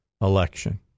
election